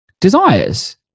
desires